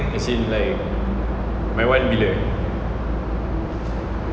as in like lawan bila